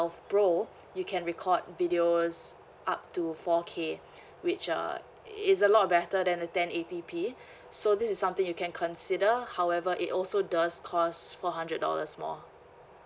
pro you can record videos up to four K which uh is a lot better than a ten eighty P so this is something you can consider however it also does cost four hundred dollars more